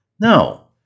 No